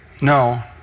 No